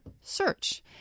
search